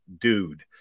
dude